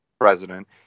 President